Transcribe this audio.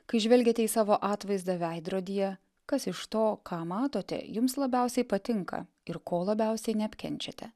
kai žvelgiate į savo atvaizdą veidrodyje kas iš to ką matote jums labiausiai patinka ir ko labiausiai neapkenčiate